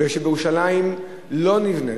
כי ירושלים לא נבנית.